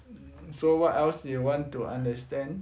um so what else you want to understand